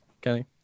Kenny